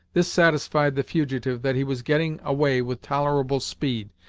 this satisfied the fugitive that he was getting away with tolerable speed,